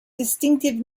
distinctive